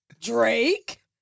Drake